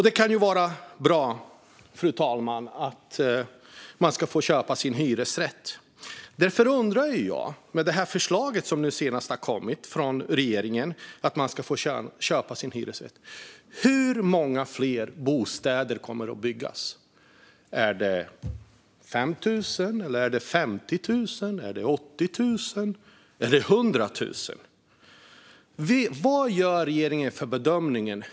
Det kan ju vara bra, fru talman, att få göra det. Men efter det senaste förslag som kom från regeringen om att man ska få köpa sin hyresrätt undrar jag: Hur många fler bostäder kommer att byggas? Är det 5 000, 50 000, 80 000 eller 100 000? Vad gör regeringen för bedömning?